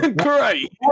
Great